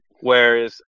Whereas